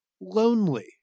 Lonely